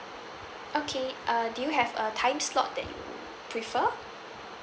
okay uh do you have a time slot that you prefer